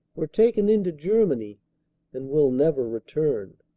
were taken into ger many and will never return,